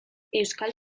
euskal